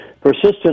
persistent